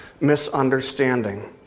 misunderstanding